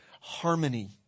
harmony